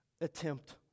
attempt